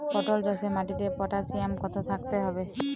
পটল চাষে মাটিতে পটাশিয়াম কত থাকতে হবে?